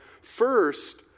First